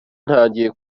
ntagiye